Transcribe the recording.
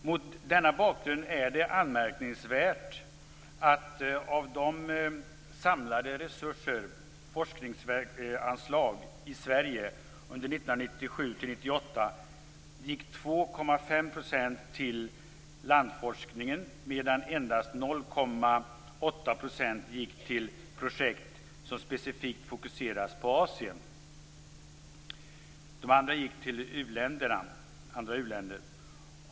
Mot denna bakgrund är det anmärkningsvärt att av de samlade forskningsanslagen i Sverige under 1997/98 gick 2,5 % till u-landsforskning medan endast 0,8 % gick till projekt som specifikt fokuserade på Asien.